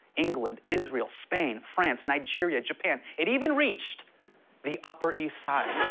england, israel, spain, france, nigeria, japan. it even reached the upper east side.